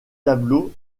tableaux